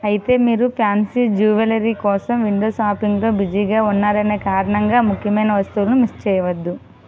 అయితే మీరు fancy jewellery కోసం విండో షాపింగ్లో బిజీగా ఉన్నారనే కారణంగా ముఖ్యమైన వస్తువులను మిస్ చేయవద్దు